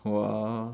!whoa!